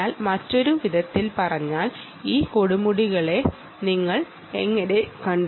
മറ്റൊരു വിധത്തിൽ പറഞ്ഞാൽ ഈ പീക്കകൾ നിങ്ങൾ എങ്ങനെ കണ്ടെത്തും